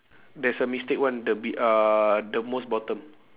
there's a mistake [one] the be~ uh the most bottom